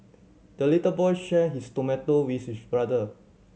the little boy shared his tomato with his brother